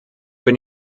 bin